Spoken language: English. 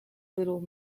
little